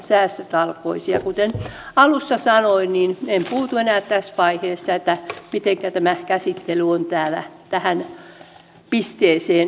ja kuten alussa sanoin en puutu enää tässä vaiheessa siihen mitenkä tämä käsittely on täällä tähän pisteeseen tullut